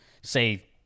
say